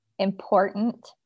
important